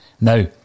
now